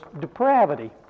depravity